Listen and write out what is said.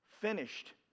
finished